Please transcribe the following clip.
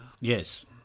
Yes